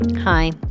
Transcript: Hi